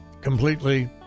completely